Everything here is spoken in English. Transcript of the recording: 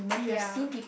ya